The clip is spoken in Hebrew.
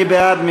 מי בעד?